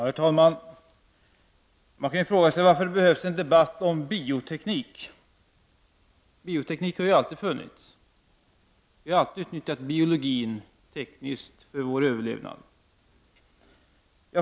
Herr talman! Man kan fråga sig varför det behövs en debatt om bioteknik. Bioteknik har ju alltid funnits. Vi har alltid tekniskt utnyttjat biologin för vår överlevnad.